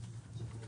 אותה.